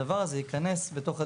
הדבר הזה ייכנס בתוך הדיונים,